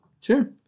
Sure